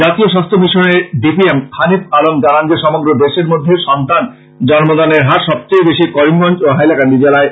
জাতীয় স্বাস্থ্য মিশনের D P M Hanif Alam জানান যে সমগ্র দেশের মধ্যে সন্তান জন্মদানের হার সবচেয়ে বেশি করিমগঞ্জ ও হাইলাকান্দি জেলায়